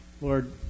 Lord